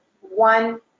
one